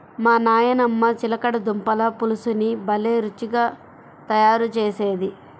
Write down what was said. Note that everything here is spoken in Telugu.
మా నాయనమ్మ చిలకడ దుంపల పులుసుని భలే రుచిగా తయారు చేసేది